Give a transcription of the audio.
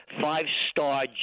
five-star